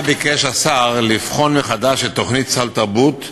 לאחרונה ביקש השר לבחון מחדש את תוכנית סל תרבות,